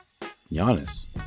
Giannis